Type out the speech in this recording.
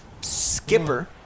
Skipper